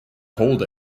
hold